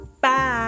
bye